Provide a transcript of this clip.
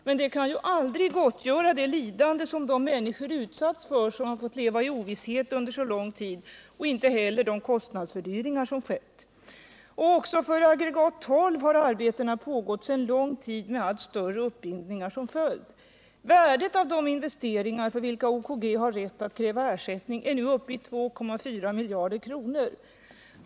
Och det kan ju aldrig gottgöra vare sig det lidande de människor utsatts för som har fått sväva i ovisshet under så lång tid eller de kostnadsfördyringar som skett. Också för aggregat 12 har arbetena pågått sedan lång tid tillbaka, med allt större uppbindningar som följd. Värdet av de investeringar för vilka OKG har rätt att kräva ersättning är nu uppei2,4 miljarder kronor.